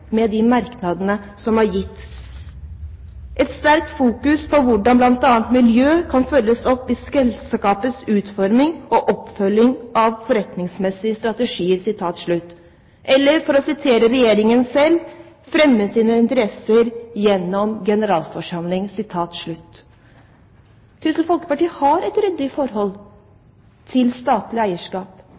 med de merknadene som er gitt: et sterkt fokus på hvordan bl.a. miljø kan følges opp i selskapets utforming og oppfølging av forretningsmessige strategier. Eller for å sitere Regjeringen selv, så fremmer staten sine interesser «gjennom generalforsamling». Kristelig Folkeparti har et ryddig forhold til statlig eierskap.